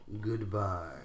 Goodbye